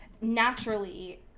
naturally